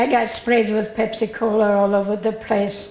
i got sprayed was pepsi cola all over the place